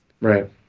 Right